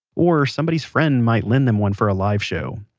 or somebody's friend might lend them one for a live show.